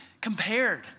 compared